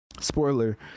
spoiler